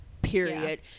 Period